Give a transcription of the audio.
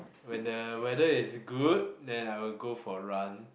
when the weather is good then I will go for run